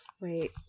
wait